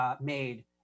made